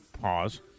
pause